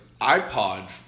iPod